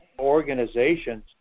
organizations